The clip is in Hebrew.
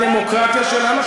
בדמוקרטיה שלנו,